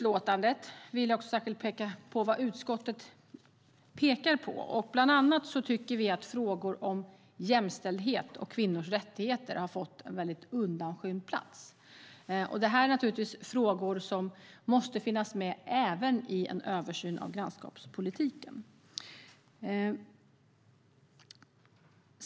Låt mig ta upp vad utskottet pekar på i utlåtandet. Bland annat tycker vi att frågor om jämställdhet och kvinnors rättigheter har fått en väldigt undanskymd plats. Detta är naturligtvis frågor som måste finnas med i en översyn av grannskapspolitiken.